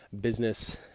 business